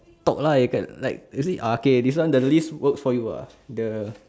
talk lah okay like ah okay the list work for you ah the